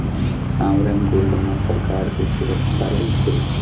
sovereign gold म सरकार के सुरक्छा रहिथे